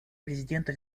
президента